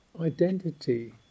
identity